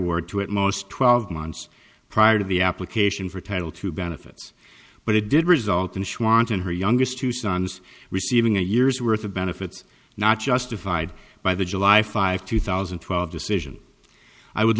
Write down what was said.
ard to at most twelve months prior to the application for title to benefits but it did result in she wanted her youngest two sons receiving a year's worth of benefits not justified by the july five two thousand and twelve decision i would